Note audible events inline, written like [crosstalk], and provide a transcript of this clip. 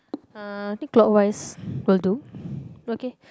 uh I think clockwise [breath] will do okay